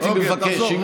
הייתי מבקש, אוקיי, תחזור.